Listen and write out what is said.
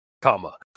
Comma